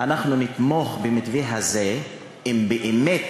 אנחנו נתמוך במתווה הגז הזה אם הוא באמת